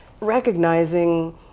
recognizing